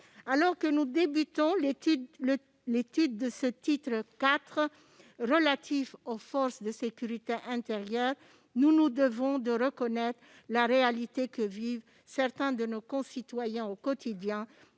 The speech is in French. Alors que nous commençons l'étude du titre IV relatif aux forces de sécurité intérieure, nous nous devons de reconnaître la réalité que vivent certains de nos citoyens au quotidien,